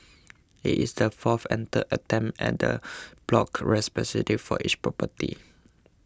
it is the fourth and third attempt at en bloc respectively for each property